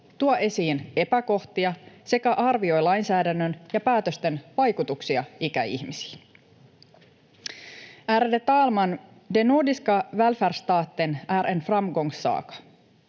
tuo esiin epäkohtia sekä arvioi lainsäädännön ja päätösten vaikutuksia ikäihmisiin. Ärade talman! Den nordiska välfärdsstaten är en framgångssaga.